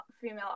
female